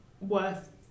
worth